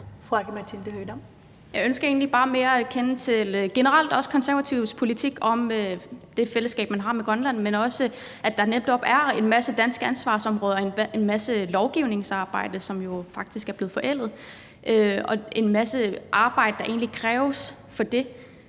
bare mere at kende til Konservatives politik generelt om det fællesskab, man har med Grønland, men også i forhold til at der netop er en masse danske ansvarsområder og en masse lovgivning, som faktisk er blevet forældet; der er en hel masse arbejde, der egentlig kræves på det